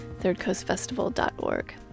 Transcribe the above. thirdcoastfestival.org